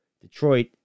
Detroit